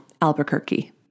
Albuquerque